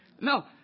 No